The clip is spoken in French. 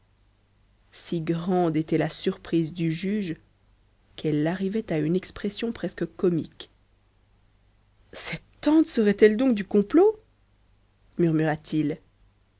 si grande était la surprise du juge qu'elle arrivait à une expression presque comique cette tante serait-elle donc du complot